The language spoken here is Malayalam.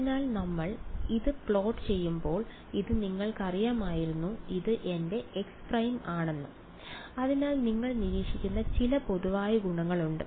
അതിനാൽ നമ്മൾ ഇത് പ്ലോട്ട് ചെയ്യുമ്പോൾ ഇത് നിങ്ങൾക്കറിയാമായിരുന്നു ഇത് എന്റെ x പ്രൈം ആണെന്ന് തോന്നുന്നു അതിനാൽ നിങ്ങൾ നിരീക്ഷിക്കുന്ന ചില പൊതുവായ ഗുണങ്ങളുണ്ട്